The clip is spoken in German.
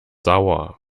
sauer